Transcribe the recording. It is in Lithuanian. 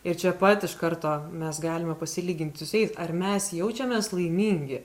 ir čia pat iš karto mes galime pasilyginti su jais ar mes jaučiamės laimingi